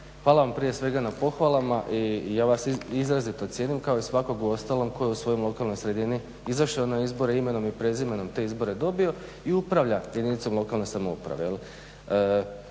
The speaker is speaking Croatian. hvala vam prije svega na pohvalama i ja vas izrazito cijenim kao i svakog uostalom tko je u svojoj lokalnoj sredini izašao na izbore imenom i prezimenom te izbore dobio i upravlja jedinicom lokalne samouprave.